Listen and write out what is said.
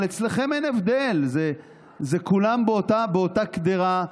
אבל אצלכם אין הבדל, כולם באותה קדרה,